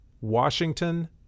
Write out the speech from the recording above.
Washington